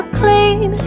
clean